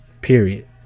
period